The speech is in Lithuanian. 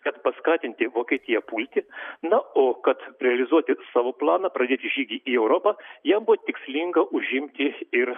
kad paskatinti vokietiją pulti na o kad realizuoti savo planą pradėti žygį į europą jiem buvo tikslinga užimti ir